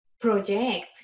project